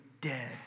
dead